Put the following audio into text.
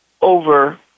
over